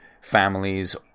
families